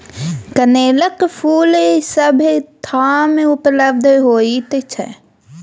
कनेलक फूल सभ ठाम उपलब्ध होइत छै